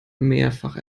mehrfach